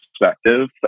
perspective